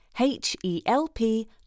H-E-L-P